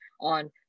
on